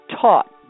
taught